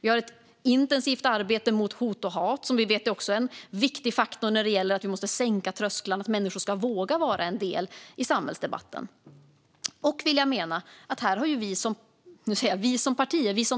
Vi har också ett intensivt arbete mot hot och hat, som vi vet är en viktig faktor när det gäller att vi måste sänka trösklarna för att människor ska våga vara en del av samhällsdebatten. Vi som